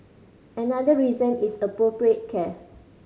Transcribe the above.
another reason is appropriate care